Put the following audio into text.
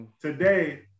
today